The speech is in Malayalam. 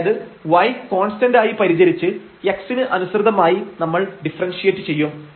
അതായത് y കോൺസ്റ്റൻഡായി പരിചരിച്ച് x ന് അനുസൃതമായി നമ്മൾ ഡിഫറെൻഷയ്റ്റ് ചെയ്യും